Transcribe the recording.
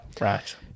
right